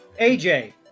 aj